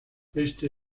este